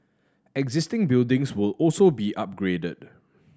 existing buildings will also be upgraded